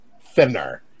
thinner